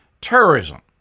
terrorism